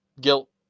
guilt